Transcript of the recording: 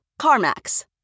CarMax